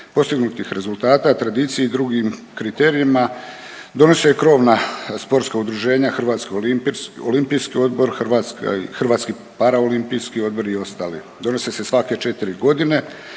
postignutih rezultata, tradiciji i drugim kriterijima. Donose krovna sportska udruženja Hrvatski olimpijski odbor, Hrvatski para olimpijski odbor i ostali. Donose se svake 4 godine